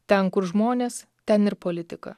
ten kur žmonės ten ir politika